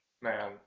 Man